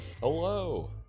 Hello